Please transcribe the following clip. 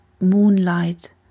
moonlight